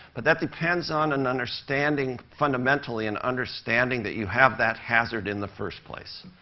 but that depends on an understanding fundamentally, an understanding that you have that hazard in the first place.